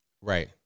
Right